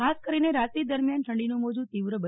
ખાસ કરીને રાત્રી દરમિયાન ઠંડીનું મોજું તીવ્ર બને છે